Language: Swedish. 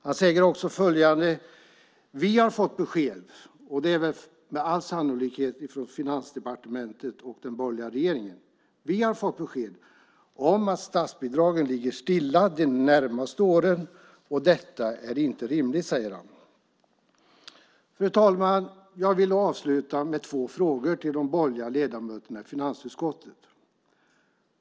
Han sade också att de har fått besked - med all sannolikhet från Finansdepartementet och den borgerliga regeringen - om att statsbidragen ligger stilla de närmaste åren, och det är inte rimligt. Fru talman! Jag vill avsluta med två frågor till de borgerliga ledamöterna i finansutskottet.